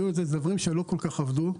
ואלה דברים שלא עבדו כל כך.